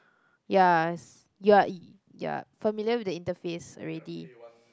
yes you are you're familiar with the interface already